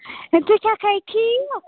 ہَے ژٕ چھَکھٕے ٹھیٖک